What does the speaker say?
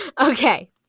Okay